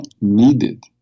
needed